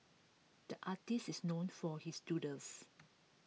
the artists is known for his doodles